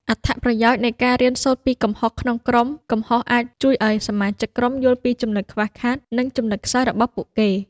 អត្ថប្រយោជន៍នៃការរៀនសូត្រពីកំហុសក្នុងក្រុមកំហុសអាចជួយឲ្យសមាជិកក្រុមយល់ពីចំណុចខ្វះខាត និងចំណុចខ្សោយរបស់ពួកគេ។